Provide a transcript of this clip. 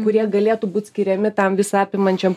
kurie galėtų būt skiriami tam visą apimančiam